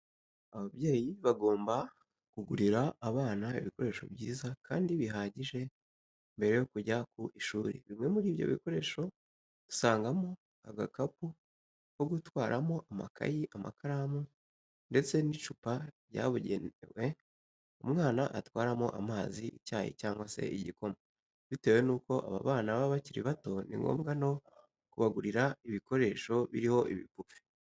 Ababyeyi bagomba kugurira abana ibikoresho byiza kandi bihagije mbere yo kujya ku ishuri. Bimwe muri ibyo bikoresho dusangamo agakapu ko gutwaramo amakayi, amakaramu ndetse n'icupa ryabugenewe umwana atwaramo amazi, icyayi cyangwa se igikoma. Bitewe nuko aba bana baba bakiri bato ni ngombwa no kubagurira ibikoresho biriho ibipupe.